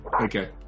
Okay